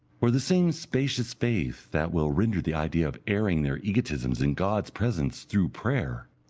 for the same spacious faith that will render the idea of airing their egotisms in god's presence through prayer,